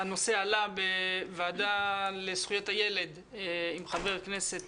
הנושא עלה בוועדה לזכויות הילד עם חבר הכנסת